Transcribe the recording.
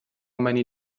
many